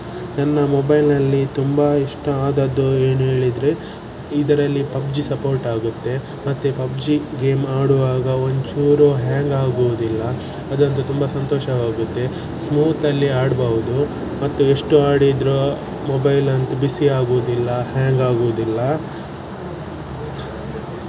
ನನ್ನ ಮೊಬೈಲ್ನಲ್ಲಿ ತುಂಬ ಇಷ್ಟ ಆದದ್ದು ಏನು ಹೇಳಿದರೆ ಇದರಲ್ಲಿ ಪಬ್ಜಿ ಸಪೋರ್ಟ್ ಆಗುತ್ತೆ ಮತ್ತು ಪಬ್ಜಿ ಗೇಮ್ ಆಡುವಾಗ ಒಂಚೂರೂ ಹ್ಯಾಂಗ್ ಆಗುವುದಿಲ್ಲ ಅದಂತೂ ತುಂಬ ಸಂತೋಷವಾಗುತ್ತೆ ಸ್ಮೂತಲ್ಲಿ ಆಡಬಹುದು ಮತ್ತು ಎಷ್ಟು ಆಡಿದರೂ ಮೊಬೈಲಂತು ಬಿಸಿ ಆಗುವುದಿಲ್ಲ ಹ್ಯಾಂಗ್ ಆಗೋದಿಲ್ಲ